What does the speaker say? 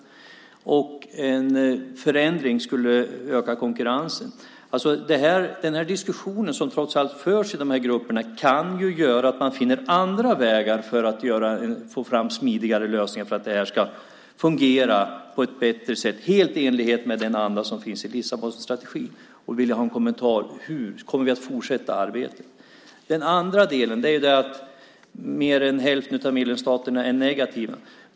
En förändring skulle öka konkurrensen. Den diskussion som förs i de här grupperna kan ju göra att man finner andra vägar att få fram smidigare lösningar för att det här ska fungera på ett bättre sätt, helt i enlighet med den anda som finns i Lissabonstrategin. Hur kommer vi att fortsätta arbetet? Den andra frågan gäller att mer än hälften av medlemsstaterna är negativa.